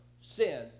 sin